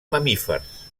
mamífers